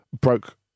broke